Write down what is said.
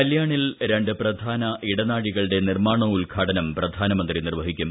കല്യാണിൽ രണ്ട് പ്രധാന മെട്രോ ഇടനാഴികളുടെ നിർമ്മാണോദ്ഘാടനം പ്രധാനമന്ത്രി ന്ദിർവ്വഹിക്കും